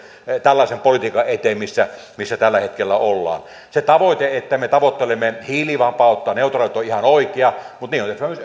tällaisen politiikan eteen kuin missä tällä hetkellä ollaan se tavoite että me tavoittelemme hiilivapautta neutraaliutta on ihan oikea mutta niin on tehtävä myös